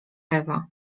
ewa